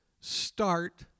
start